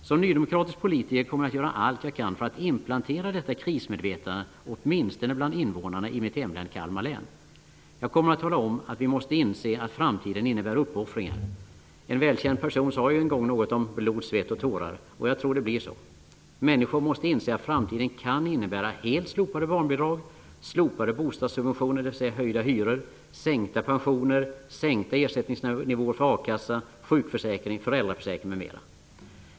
Som nydemokratisk politiker kommer jag att göra allt vad jag kan för att inplantera detta krismedvetande åtminstone bland invånarna i mitt hemlän, Kalmar län. Jag kommer att tala om att vi måste inse att framtiden innebär uppoffringar. En välkänd person sade ju en gång något om ''blod, svett och tårar'', och jag tror att det blir så. Människor måste inse att framtiden kan innebära helt slopade barnbidrag, slopade bostadssubventioner, dvs. höjda hyror, sänkta pensioner, sänkta ersättningsnivåer för a-kassa, sjukförsäkring, föräldraförsäkring m.m.